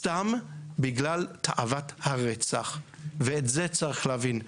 סתם בגלל תאוות הרצח, ואת זה צריך להבין.